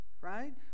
right